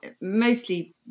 mostly